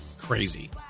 crazy